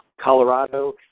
Colorado